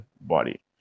body